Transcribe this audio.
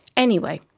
anyway,